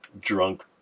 drunk